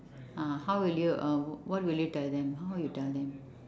ah how would you uh what would you tell them how you tell them